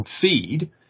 feed